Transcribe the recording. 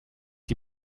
die